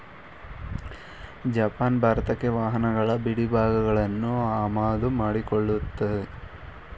Japan ಭಾರತಕ್ಕೆ ವಾಹನಗಳ ಬಿಡಿಭಾಗಗಳನ್ನು ಆಮದು ಮಾಡಿಕೊಳ್ಳುತ್ತೆ